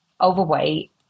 overweight